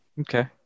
Okay